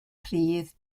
pridd